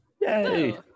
Yay